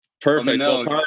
Perfect